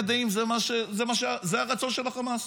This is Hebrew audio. זה הרצון של החמאס.